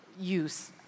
use